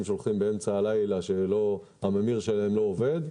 שמודיעים באמצע הלילה שהממיר שלהם לא עובד,